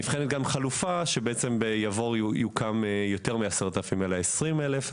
נבחנת גם חלופה שביבור יוקמו יותר מ-10,000 אולי 20,000 טון של אחסון.